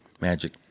Magic